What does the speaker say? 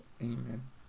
amen